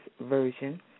Version